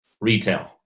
retail